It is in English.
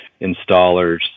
installers